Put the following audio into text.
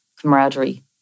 camaraderie